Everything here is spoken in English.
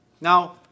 Now